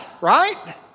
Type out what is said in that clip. right